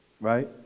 right